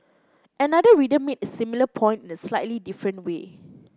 another reader made a similar point in a slightly different way